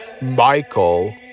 Michael